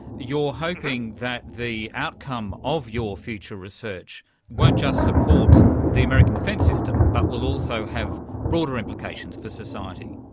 you're hoping that the outcome of your future research won't just support the american defence system but will also have broader implications for society.